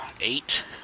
eight